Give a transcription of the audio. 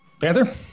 Panther